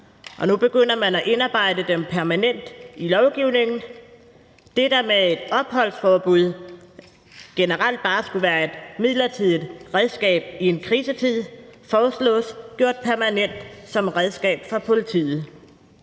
og nu begynder man at indarbejde dem permanent i lovgivningen. Opholdsforbuddet, der generelt bare skulle være et midlertidigt redskab i en krisetid, foreslås gjort permanent som redskab for politiet.